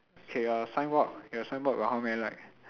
okay your signboard your signboard got how many light